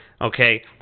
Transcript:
okay